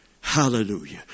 Hallelujah